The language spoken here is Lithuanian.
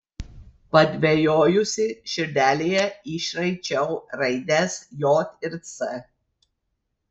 padvejojusi širdelėje išraičiau raides j ir c